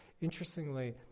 interestingly